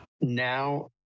Now